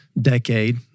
decade